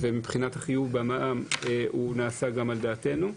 ומבחינת חיוב המע"מ נעשה גם על דעתנו,